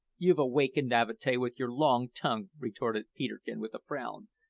you've awakened avatea with your long tongue, retorted peterkin, with a frown,